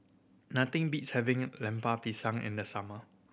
nothing beats having Lemper Pisang in the summer